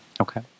Okay